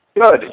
Good